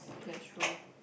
that's true